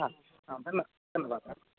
आम् धन्यवादः